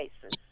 cases